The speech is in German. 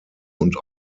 und